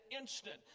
instant